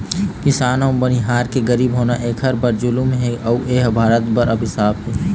किसान अउ बनिहार के गरीब होना एखर बर जुलुम हे अउ एह भारत बर अभिसाप आय